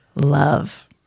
love